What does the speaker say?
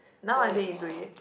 now are they into it